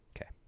okay